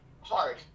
hard